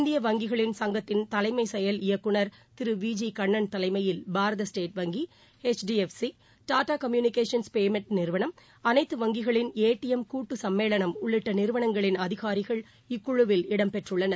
இந்திய வங்கிகள் சங்கத்தின் தலைமைசெயல் இயக்குநர் திருவி ஜி கண்ணன் தலைமையில் பாரத ஸ்டேட் வங்கி H D F C Tata communications payment நிறுவனம் அனைத்து வங்கிகளின் ஏ டி ளம் கூட்டுசம்மேளனம் உள்ளிட்டநிறுவனங்களின் அதிகாரிகள் இக்குழுவில் இடம்பெற்றுள்ளனர்